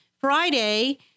Friday